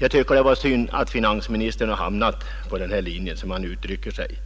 Jag tycker att det är synd att finansministern hamnat på den här linjen, som han uttryckte sig.